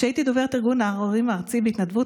כשהייתי דוברת ארגון ההורים הארצי בהתנדבות,